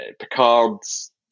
Picard's